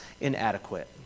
inadequate